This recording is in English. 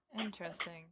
Interesting